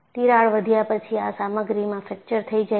તિરાડ વધ્યા પછી આ સામગ્રીમાં ફ્રેક્ચર થઈ જાય છે